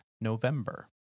November